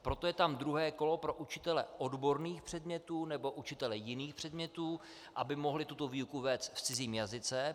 Proto je tam druhé kolo pro učitele odborných předmětů nebo učitele jiných předmětů, aby mohli tuto výuku vést v cizím jazyce.